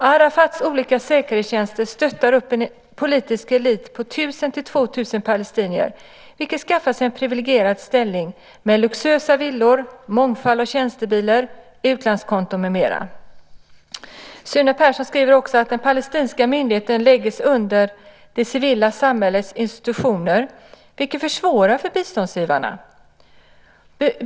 Arafats olika säkerhetstjänster stöttar upp en politisk elit på 1 000-2 000 palestinier vilka skaffar sig en privilegierad ställning med luxuösa villor, mångfald av tjänstebilar, utlandskonton med mera. Sune Persson skriver också att den palestinska myndigheten läggs under det civila samhällets institutioner, vilket försvårar för biståndsgivarna.